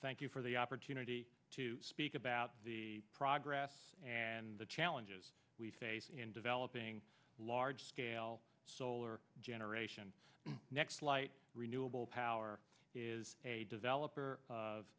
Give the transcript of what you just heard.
thank you for the opportunity to speak about the progress and the challenges we face in developing large scale solar generation next light renewable power is a developer of